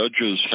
judges